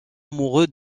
amoureux